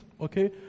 okay